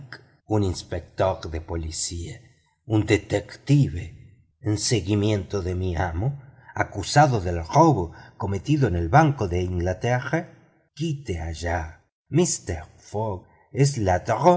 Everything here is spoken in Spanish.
un inspector de policía un detective en seguimiento de mi amo acusado del robo cometido en el banco de inglaterra quite allá mister fogg es